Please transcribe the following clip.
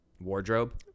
wardrobe